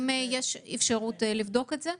אפשרות לבדוק את זה?